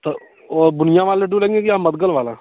तो वो बुनिया वाला लड्डू लेंगे कि या मदगल वाला